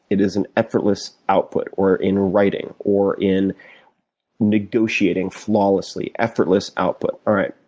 it is an effortless output. or, in writing. or in negotiating flawlessly. effortless output. alright.